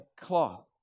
cloth